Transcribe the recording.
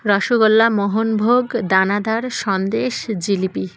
রসগোল্লা মোহনভোগ দানাদার সন্দেশ জিলিপি